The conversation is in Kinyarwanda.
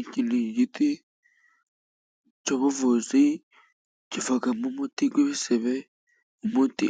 Iki ni igiti cy'ubuvuzi kivamo umuti w'ibisebe, umuti